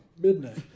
midnight